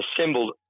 assembled